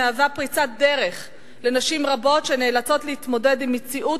המהווה פריצת דרך לנשים רבות שנאלצות להתמודד עם מציאות